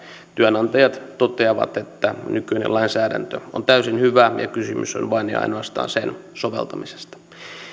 työnantajat totesivat että nykyinen lainsäädäntö on täysin hyvä ja kysymys on vain ja ainoastaan sen soveltamisesta